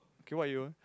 okay what you want